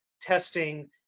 testing